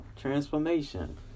transformation